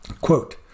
Quote